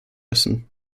müssen